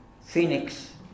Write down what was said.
phoenix